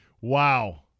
Wow